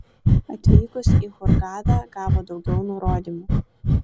atvykus į hurgadą gavo daugiau nurodymų